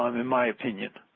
um in my opinion.